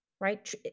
right